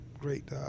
great